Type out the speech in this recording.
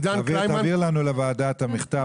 תעביר לנו לוועדה את המכתב,